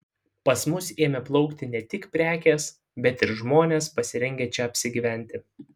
pas mus ėmė plaukti ne tik prekės bet ir žmonės pasirengę čia apsigyventi